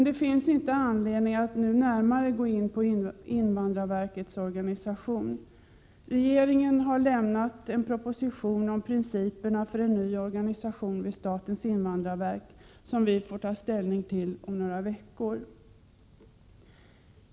Det finns inte anledning att nu närmare gå in på invandrarverkets organisation. Regeringen har lämnat en proposition om principerna för en ny organisation för statens invandrarverk som riksdagen får ta ställning till om några veckor.